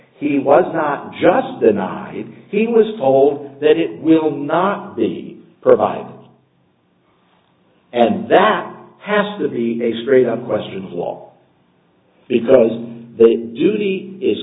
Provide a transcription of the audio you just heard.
he was not just denied he was told that it will not be providers and that has to be a straight up question of law because the duty is